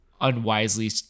unwisely